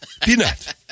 Peanut